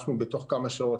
בתוך כמה שעות,